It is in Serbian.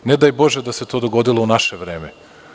Ne daj bože da se to dogodilo u naše vreme.